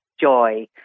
joy